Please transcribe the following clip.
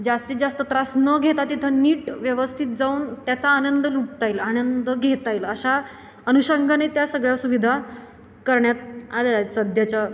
जास्तीत जास्त त्रास न घेता तिथं नीट व्यवस्थित जाऊन त्याचा आनंद लुटता येईल आनंद घेता येईल अशा अनुषंगाने त्या सगळ्या सुविधा करण्यात आलेल्या आहेत सध्याच्या